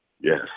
yes